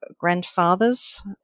grandfathers